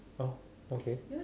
oh okay